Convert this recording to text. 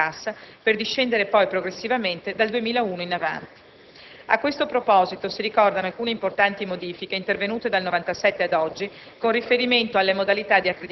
corrispondente a forti strette di cassa, per discendere poi progressivamente dal 2001 in avanti. A questo proposito, si ricordano alcune importanti modifiche intervenute dal 1997 ad oggi